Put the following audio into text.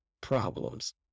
problems